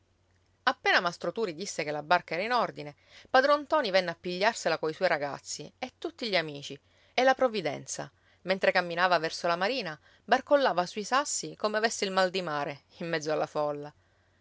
appena mastro turi disse che la barca era in ordine padron ntoni venne a pigliarsela coi suoi ragazzi e tutti gli amici e la provvidenza mentre camminava verso la marina barcollava sui sassi come avesse il mal di mare in mezzo alla folla